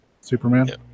Superman